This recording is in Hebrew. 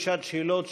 בשעת שאלות,